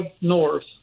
north